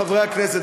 חברי הכנסת,